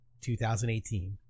2018